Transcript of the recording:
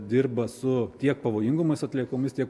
dirba su tiek pavojingomis atliekomis tiek